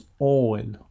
oil